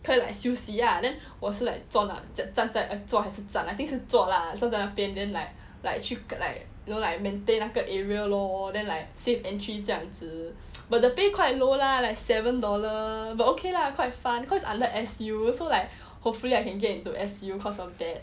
cause I 休息 ah then 我是 like 做站坐还是站 I think 是坐 lah 坐在那边 then like like like you know like maintain 那个 area lor then like safe entry 这样子 but the pay quite low lah like seven dollar but okay lah quite fun cause under S_U so like hopefully I can get into S_U cause of that